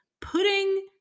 putting